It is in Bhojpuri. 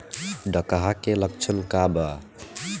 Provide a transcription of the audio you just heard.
डकहा के लक्षण का वा?